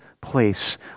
place